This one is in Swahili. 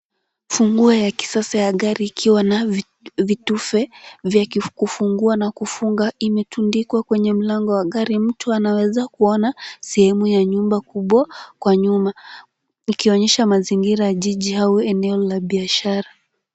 Funguo ya kisasa ya gari ikiwa na vitufe vya kufungua na kufunga imetundikwa kwenye mlango wa gari. Mtu anaweza kuona sehemu ya nyumba kubwa kwa nyuma ikionyesha mazingira ya jiji au eneo la biashara.